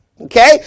Okay